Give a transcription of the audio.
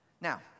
Now